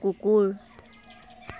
কুকুৰ